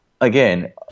again